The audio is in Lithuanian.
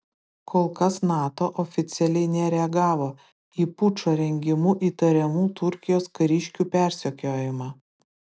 kol kas nato oficialiai nereagavo į pučo rengimu įtariamų turkijos kariškių persekiojimą